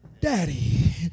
daddy